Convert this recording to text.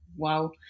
Wow